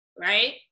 right